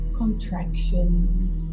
contractions